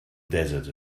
desert